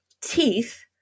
teeth